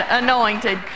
anointed